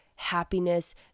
Happiness